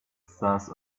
stars